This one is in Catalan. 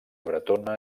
bretona